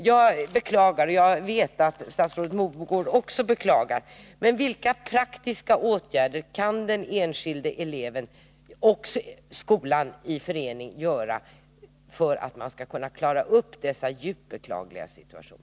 Jag beklagar sådana följder — och jag vet att statsrådet Mogård också beklagar dem — men vilka praktiska åtgärder kan den enskilde eleven och skolan i förening vidta för att klara upp denna djupt beklagliga situation?